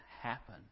happen